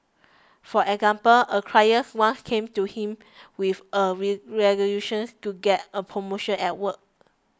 for example a client once came to him with a resolution to get a promotion at work